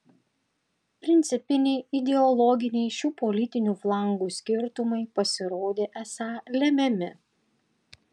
principiniai ideologiniai šių politinių flangų skirtumai pasirodė esą lemiami